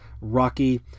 Rocky